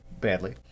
badly